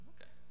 Okay